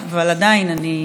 אבל עדיין אני,